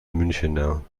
münchener